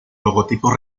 logotipos